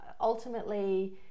ultimately